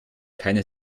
keine